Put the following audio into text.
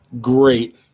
Great